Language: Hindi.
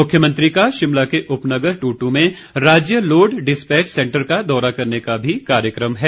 मुख्यमंत्री का शिमला के उपनगर टुटू में राज्य लोड डिस्पैच सैंटर का दौरा करने का भी कार्यक्रम है